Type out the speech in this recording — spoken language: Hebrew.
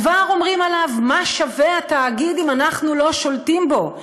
כבר אומרים עליו: מה שווה התאגיד אם אנחנו לא שולטים בו.